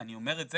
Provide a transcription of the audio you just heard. אני אומר את זה,